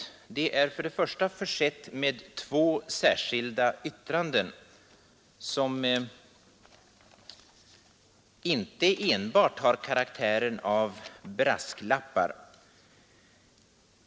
Först och främst är det försett med två särskilda yttranden, som inte enbart har karaktären av brasklappar.